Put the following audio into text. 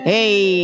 Hey